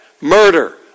murder